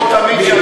כמו תמיד,